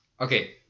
okay